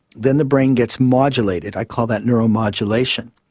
then the brain gets modulated, i call that neuromodulation,